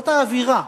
זאת האווירה.